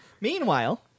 meanwhile